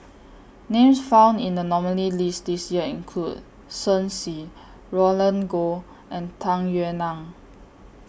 Names found in The nominees' list This Year include Shen Xi Roland Goh and Tung Yue Nang